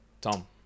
Tom